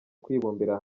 kwibumbira